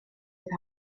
oedd